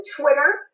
Twitter